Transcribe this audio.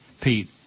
Pete